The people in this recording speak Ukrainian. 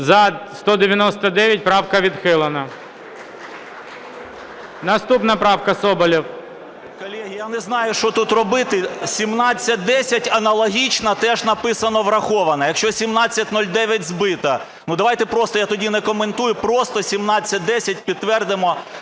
За-199 Правка відхилена. Наступна правка. Соболєв. 11:28:03 СОБОЛЄВ С.В. Колеги, я не знаю, що тут робити. 1710 аналогічна, теж написано, враховано. Якщо 1709 збита, ну, давайте просто я тоді не коментую, просто 1710 підтвердимо,